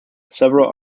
several